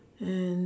and